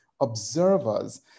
observers